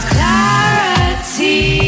Clarity